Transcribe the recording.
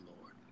Lord